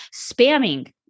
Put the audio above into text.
spamming